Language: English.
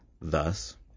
thus